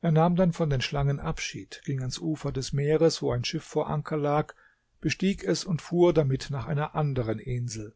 er nahm dann von den schlangen abschied ging ans ufer des meeres wo ein schiff vor anker lag bestieg es und fuhr damit nach einer anderen insel